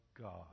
God